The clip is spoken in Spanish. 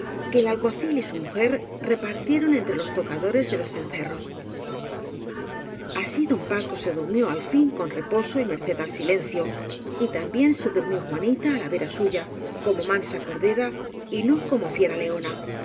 que el alguacil y su mujer repartieron entre los tocadores de los cen cerros así don paco se durmió al fin con reposo y merced al silencio y también se durmió juani ta á la vera suya como mansa cordera y no como fiera leona